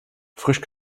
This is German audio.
frisch